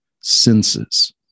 senses